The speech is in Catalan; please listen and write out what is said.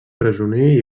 presoner